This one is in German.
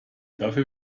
dafür